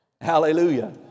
Hallelujah